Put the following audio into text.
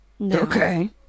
Okay